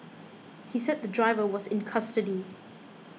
he said the driver was in custody